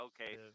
Okay